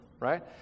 Right